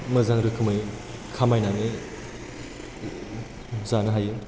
मोजां रोखोमै खामायनानै जानो हायो